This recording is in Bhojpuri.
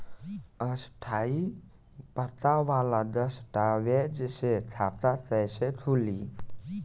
स्थायी पता वाला दस्तावेज़ से खाता कैसे खुली?